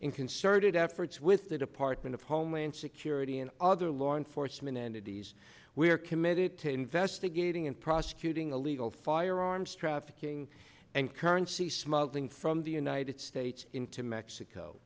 problem certain efforts with the department of homeland security and other law enforcement entities we are committed to investigating and prosecuting illegal firearms trafficking and currency smuggling from the united states into mexico